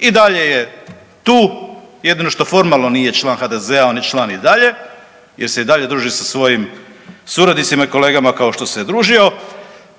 i dalje je tu, jedino što formalno nije član HDZ-a, on je član i dalje jer se i dalje druži sa svojim suradnicima i kolegama kao što se je družio.